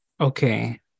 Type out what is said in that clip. Okay